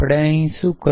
આપણે અહી શું કર્યું